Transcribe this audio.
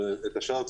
את השאר,